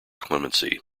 clemency